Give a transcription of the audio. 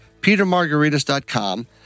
petermargaritas.com